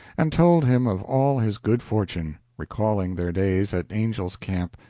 and told him of all his good fortune, recalling their days at angel's camp,